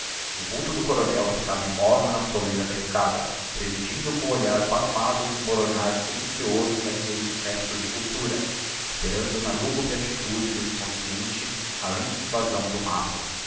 o vulto do coronel ficava immovel na soleira da escada presidindo com o olhar pasmado ao desmoronar silencioso d'aquelles restos de cultura esperando na lúgubre attitude do inconsciente a lenta invasão do matto